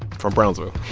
from brownsville